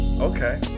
okay